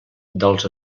dels